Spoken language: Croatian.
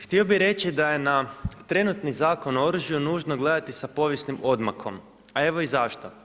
Htio bih reći da je na trenutnu Zakon o oružju nužno gledati sa povijesnim odmakom, a evo i zašto.